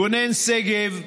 גונן שגב,